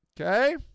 Okay